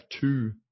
two